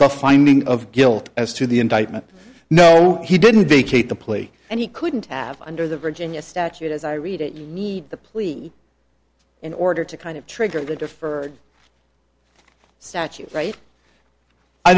finding of guilt as to the indictment no he didn't vacate the plea and he couldn't have under the virginia statute as i read it the plea in order to kind of trigger the deferred statute right i